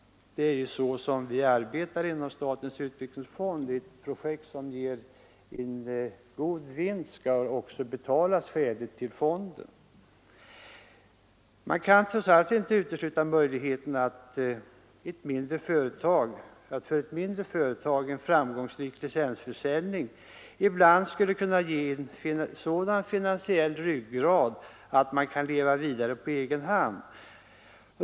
Ett projekt som lämnar god vinst bör också här, liksom inom statens utvecklingsfond, ge övertäckning vid återbetalning till fonden. Det går inte att utesluta möjligheten för ett mindre företag, att en framgångsrik licensförsäljning ibland skulle kunna ge en sådan finansiell ryggrad att företaget kan leva vidare på egen hand.